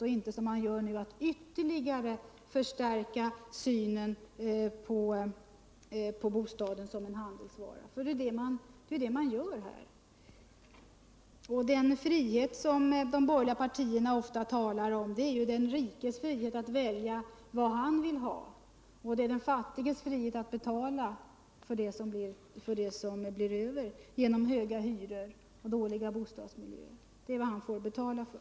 Vi får inte, som vi nu gör, yuerligare förstärka uppfattningen alt bostaden är en handelsvara. Den frihet som de borgerliga paruerna ofta talar om är den rikes frihet att välja vad han vill ha. Det är den fattiges frihet att betala för det som blir över genom höga hyror och dåliga bostadsmiljöer. Det är vad han får betala för.